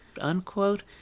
unquote